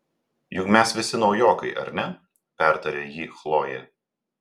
juk mes visi naujokai ar ne pertarė jį chlojė